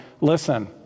Listen